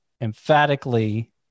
emphatically